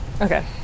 Okay